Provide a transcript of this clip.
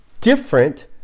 different